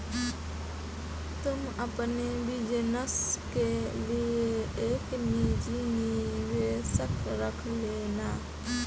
तुम अपने बिज़नस के लिए एक निजी निवेशक रख लेना